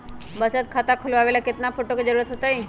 बचत खाता खोलबाबे ला केतना फोटो के जरूरत होतई?